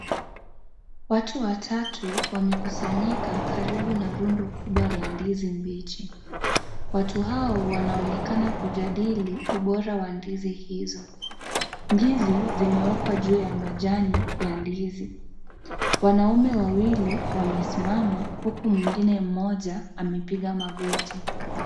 Watu watatu wamekusanyika karibu na rundo kubwa la ndizi mbichi. Watu hao wanaonekana kujadili ubora wa ndizi hizo. Ndizi zimewekwa juu ya majani ya ndizi. Wanaume wawili wamesimama huku mwingine mmoja ameoiga magoti.